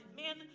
man